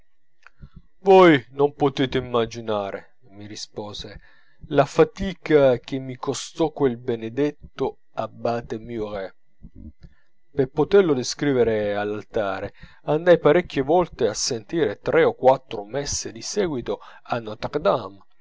voi non potete immaginare mi rispose la fatica che mi costò quel benedetto abate mouret per poterlo descrivere all'altare andai parecchie volte a sentire tre o quattro messe di seguito a